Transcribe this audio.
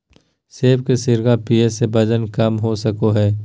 सेब के सिरका पीये से वजन कम हो सको हय